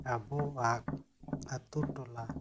ᱟᱵᱚᱣᱟᱜ ᱟᱹᱛᱩᱼᱴᱚᱞᱟ